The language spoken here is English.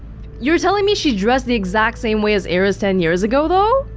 you're telling me she dressed the exact same way as iris ten years ago, though?